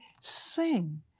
sing